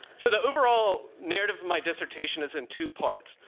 so the overall narrative my dissertation is in two parts.